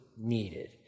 Needed